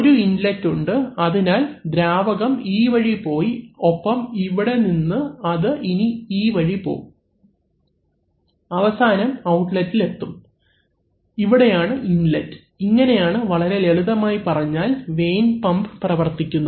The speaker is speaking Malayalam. ഒരു ഇൻലെറ്റ് ഉണ്ട് അതിനാൽ ദ്രാവകം ഈ വഴി പോയി ഒപ്പം ഇവിടന്ന് അത് ഇനി വഴി പോകും അവസാനം ഔട്ട്ലെറ്റിൽ എത്തും ഇവിടെയാണ് ഇൻലെറ്റ് ഇങ്ങനെയാണ് വളരെ ലളിതമായി പറഞ്ഞാൽ വേൻ പമ്പ് പ്രവർത്തിക്കുന്നത്